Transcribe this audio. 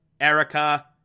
Erica